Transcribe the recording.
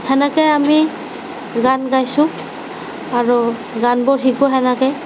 তেনেকৈ আমি গান গাইছোঁ আৰু গানবোৰ শিকোঁ তেনেকৈ